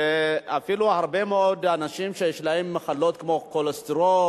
ואפילו הרבה מאוד אנשים שיש להם מחלות כמו כולסטרול,